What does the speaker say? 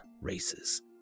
races